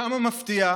כמה מפתיע,